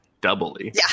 doubly